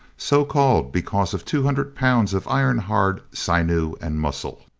so-called because of two hundred pounds of iron-hard sinew and muscle.